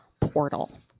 portal